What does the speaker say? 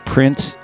Prince